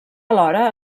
alhora